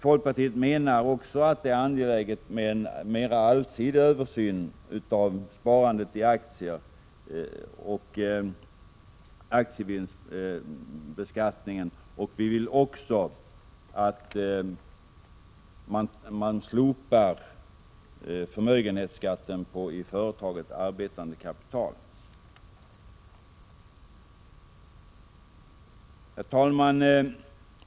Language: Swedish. Folkpartiet menar att det är angeläget med en mera allsidig översyn av sparandet i aktier och av aktievinstbeskattningen. Vi vill också att förmögenhetsskatten på i företaget arbetande kapital slopas. Herr talman!